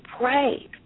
pray